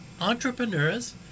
entrepreneurs